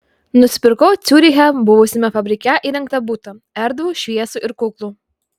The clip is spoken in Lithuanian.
nusipirkau ciuriche buvusiame fabrike įrengtą butą erdvų šviesų ir kuklų